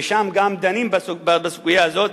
ושם גם דנים בסוגיה הזאת,